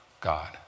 God